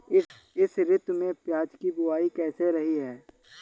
इस ऋतु में प्याज की बुआई कैसी रही है?